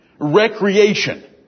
recreation